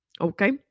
Okay